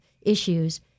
issues